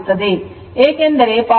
ಏಕೆಂದರೆ power factor 0